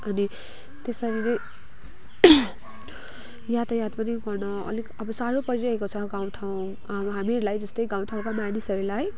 अनि त्यसरी नै यातायातको पनि गर्न अलिक साह्रो परिरहेको छ गाउँ ठाउँ अब हामीहरूलाई जस्तै गाउँ ठाउँको मानिसहरूलाई